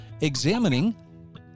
examining